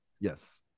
Yes